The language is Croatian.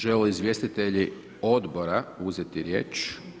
Žele li izvjestitelji odbora uzeti riječ?